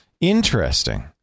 Interesting